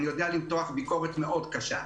אני יודע למתוח ביקורת מאוד קשה.